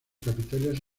capiteles